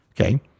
Okay